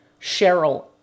Cheryl